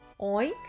Oink